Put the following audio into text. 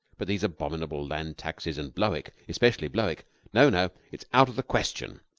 but these abominable land-taxes and blowick especially blowick no, no, it's out of the question.